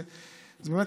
באמת,